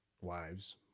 wives